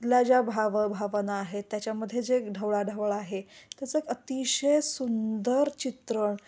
ल्या ज्या भाव भावना आहेत त्याच्यामधे जे ढवळा ढवळ आहे त्याचं अतिशय सुंदर चित्रण